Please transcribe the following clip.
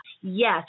yes